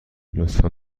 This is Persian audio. لطفا